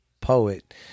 poet